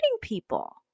people